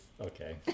Okay